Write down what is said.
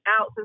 out